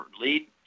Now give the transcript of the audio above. lead